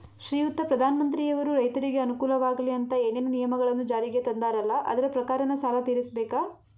ಶ್ರೀಯುತ ಪ್ರಧಾನಮಂತ್ರಿಯವರು ರೈತರಿಗೆ ಅನುಕೂಲವಾಗಲಿ ಅಂತ ಏನೇನು ನಿಯಮಗಳನ್ನು ಜಾರಿಗೆ ತಂದಾರಲ್ಲ ಅದರ ಪ್ರಕಾರನ ಸಾಲ ತೀರಿಸಬೇಕಾ?